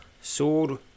sword